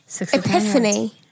Epiphany